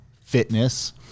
fitness